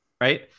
right